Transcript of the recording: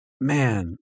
man